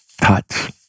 touch